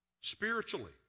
spiritually